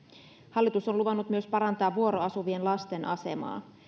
hallitus on luvannut myös parantaa vuoroasuvien lasten asemaa